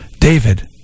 David